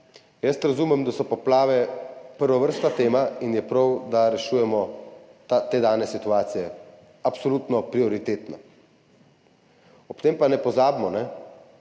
Razumem, da so poplave prvovrstna tema in je prav, da rešujemo te dane situacije absolutno prioritetno, ob tem pa ne pozabimo na